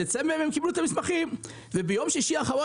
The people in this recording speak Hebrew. בדצמבר הם קיבלו את המסמכים וביום שישי האחרון